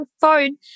phone